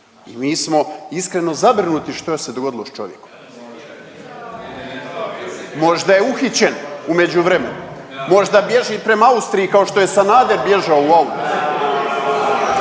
Mi smo iskreno zabrinuti što se dogodilo s čovjekom. Možda je uhićen u međuvremenu, možda bježi prema Austriji kao što je Sanader bježao u autu.